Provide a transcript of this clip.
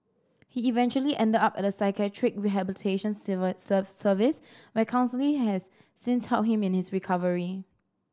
he eventually ended up at a psychiatric rehabilitation service where counselling has since helped him in his recovery